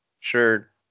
Sure